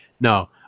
No